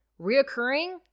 Reoccurring